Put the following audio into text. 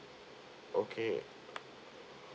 okay